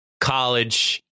college